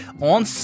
on